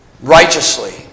righteously